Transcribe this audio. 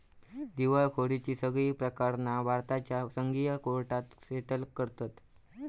दिवळखोरीची सगळी प्रकरणा भारताच्या संघीय कोर्टात सेटल करतत